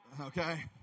Okay